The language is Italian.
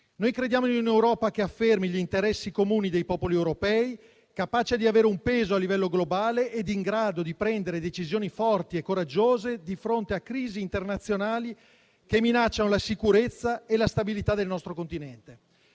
Noi crediamo in un'Europa che affermi gli interessi comuni dei popoli europei, capace di avere un peso a livello globale ed in grado di prendere decisioni forti e coraggiose di fronte a crisi internazionali che minacciano la sicurezza e la stabilità del nostro continente.